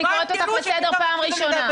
אני קוראת אותך לסדר פעם ראשונה.